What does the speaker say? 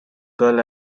girl